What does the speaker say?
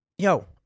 Yo